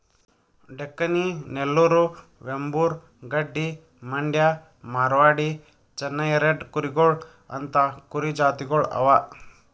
Deccani, Nellore, Vembur, Gaddi, Mandya, Marwari, Chennai red ಕೂರಿಗೊಳ್ ಅಂತಾ ಕುರಿ ಜಾತಿಗೊಳ್ ಅವಾ